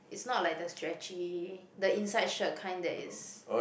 it's not like the stretchy the inside shirt kind that is